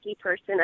person